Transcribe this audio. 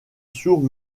sourds